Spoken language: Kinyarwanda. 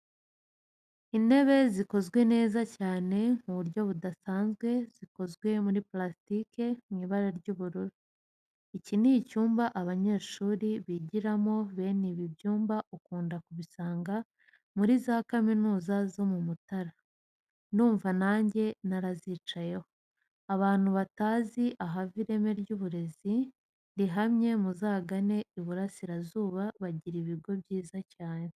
Intebe zikozwe neza cyane mu buryo budasanzwe zikoze muri purasitike mu ibara ry'ubururu. Iki ni icyumba abanyeshuri bigiramo bene ibi byumba ukunda kubisanga muri za kaminuza zo mu mutara ndumva nange narazicayeho. Abantu batazi ahava ireme ry'uburezi rihamye muzagane Iburasirazuba bagira ibigo byiza cyane.